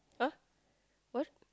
!huh! what